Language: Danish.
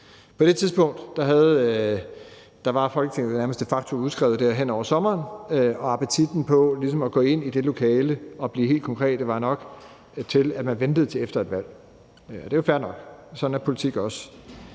På det tidspunkt var folketingsvalget de facto udskrevet der hen over sommeren, og appetitten på ligesom at gå ind i det lokale og blive helt konkrete var nok sådan, at man ventede til efter et valg, og det er jo fair nok. Sådan er politik også.